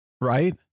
right